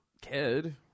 kid